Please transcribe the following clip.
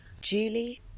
Julie